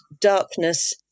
darkness